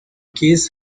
case